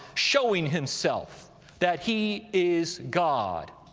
showing himself that he is god.